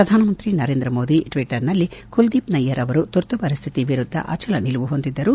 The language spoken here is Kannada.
ಪ್ರಧಾನಮಂತ್ರಿ ನರೇಂದ್ರ ಮೋದಿ ಟ್ವೀಟರ್ನಲ್ಲಿ ಕುಲದೀಪ್ ನಯ್ದರ್ ಅವರು ತುರ್ತುಪರಿಸ್ಹಿತಿ ವಿರುದ್ದ ಅಚಲ ನಿಲುವು ಹೊಂದಿದ್ದರು